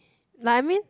like I mean